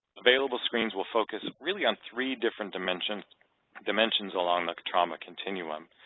available screens will focus really on three different dimensions dimensions along the trauma continuum,